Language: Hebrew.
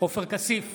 עופר כסיף,